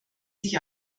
sich